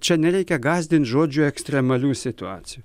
čia nereikia gąsdint žodžių ekstremalių situacijų